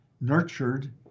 nurtured